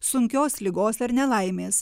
sunkios ligos ar nelaimės